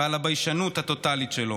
ועל הביישנות הטוטלית שלו.